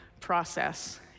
process